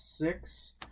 six